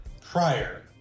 prior